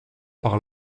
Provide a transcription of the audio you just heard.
par